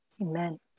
Amen